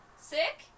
Sick